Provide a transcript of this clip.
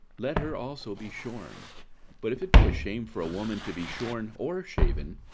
let her also be shorn but if it be a shame for a woman to be shorn or shaven,